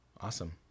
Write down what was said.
Awesome